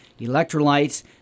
electrolytes